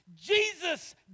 Jesus